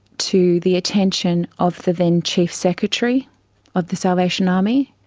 to the attention of the then chief secretary of the salvation army,